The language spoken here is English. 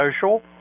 Social